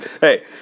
Hey